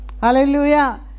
Hallelujah